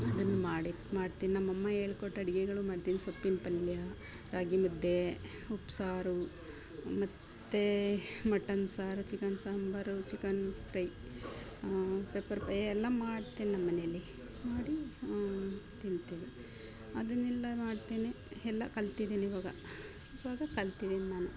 ಅದನ್ನು ಮಾಡಿ ಮಾಡ್ತೀನಿ ನಮ್ಮಮ್ಮ ಹೇಳ್ಕೊಟ್ಟ ಅಡಿಗೆಗಳು ಮಾಡ್ತೀನಿ ಸೊಪ್ಪಿನ ಪಲ್ಯ ರಾಗಿ ಮುದ್ದೆ ಉಪ್ಸಾರು ಮತ್ತೆ ಮಟನ್ ಸಾರು chicken sambar chicken fry pepper fry ಎಲ್ಲ ಮಾಡ್ತೀನಿ ನಮ್ಮನೆಯಲ್ಲಿ ಮಾಡಿ ತಿನ್ತಿವಿ ಅದನ್ನೆಲ್ಲ ಮಾಡ್ತೀನಿ ಎಲ್ಲಾ ಕಲ್ತಿದ್ದೀನಿ ಇವಾಗ ಇವಾಗ ಕಲ್ತಿದ್ದೀನಿ ನಾನು